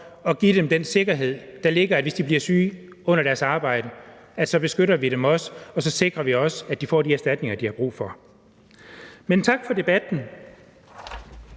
at give dem den sikkerhed, der ligger i, at hvis de bliver syge under deres arbejde, så beskytter vi dem også, og så sikrer vi, at de får de erstatninger, de har brug for. Men tak for debatten.